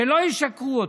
שלא ישקרו לך: